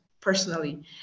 personally